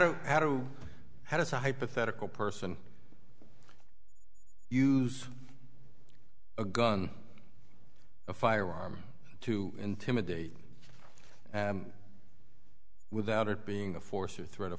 to how do how does a hypothetical person use a gun a firearm to intimidate and without it being a force or threat of